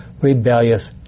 rebellious